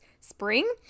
spring